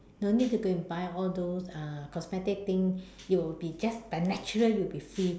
no need to go and buy all those uh cosmetic thing you will be just by natural you will be free